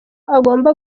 agomba